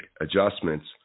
adjustments